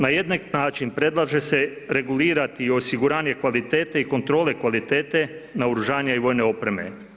Na jednak način predlaže se regulirati i osiguranje kvalitete i kontrole kvalitete naoružanja i vojne opreme.